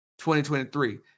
2023